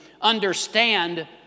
understand